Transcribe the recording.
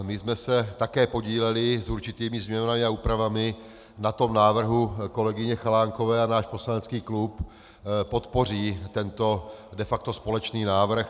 My jsme se také podíleli s určitými změnami a úpravami na návrhu kolegyně Chalánkové a náš poslanecký klub podpoří tento de facto společný návrh.